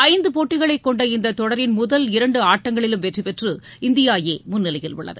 ஐந்து போட்டிகளைக் கொண்ட இந்தத் தொடரின் முதல் இரண்டு ஆட்டங்களிலும் வெற்றி பெற்று இந்தியா ஏ முன்னிலையில் உள்ளது